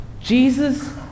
Jesus